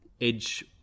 edge